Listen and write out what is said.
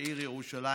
לעיר ירושלים.